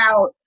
out